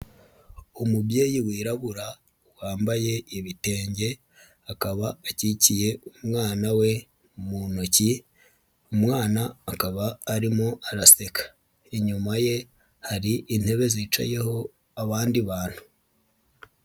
Umubyeyi wirabura wambaye ibitenge akaba akikiye umwana we mu ntoki umwana akaba arimo araseka, inyuma ye hari intebe zicayeho abandi bantu.